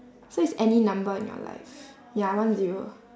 so it's any number in your life ya one zero